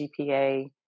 GPA